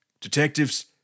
detectives